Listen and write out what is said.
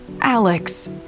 Alex